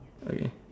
okay